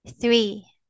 three